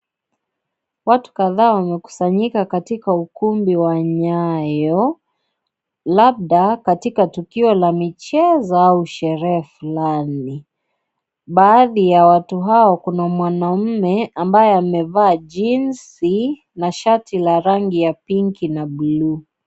Watu kadhaa wamekusanyika katika ukumibi wa nyao, labda katika tukio la michezo au sherehe fulani, baadhi ya watu hao kuna mwanaume ambaye amevaa jeans na shati la rangi la pinki na buluu.